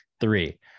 three